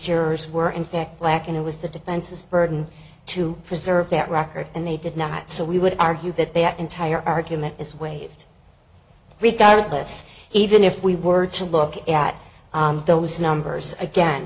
jurors were in fact black and it was the defense's burden to preserve that record and they did not so we would argue that that entire argument is waived regardless even if we were to look at those numbers again